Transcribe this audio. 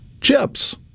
Chips